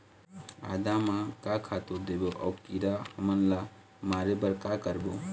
आदा म का खातू देबो अऊ कीरा हमन ला मारे बर का करबो?